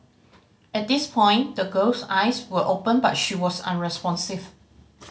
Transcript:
at this point the girl's eyes were open but she was unresponsive